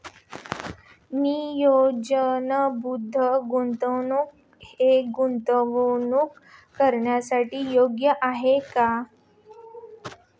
नियोजनबद्ध गुंतवणूक हे गुंतवणूक करण्यासाठी योग्य आहे का?